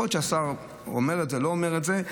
יכול להיות שהשר אומר את זה או לא אומר את זה,